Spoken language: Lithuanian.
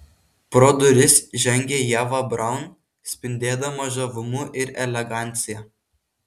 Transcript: pro duris žengė ieva braun spindėdama žavumu ir elegancija